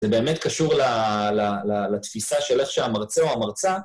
זה באמת קשור לתפיסה של איך שהמרצה או המרצה...